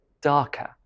darker